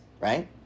right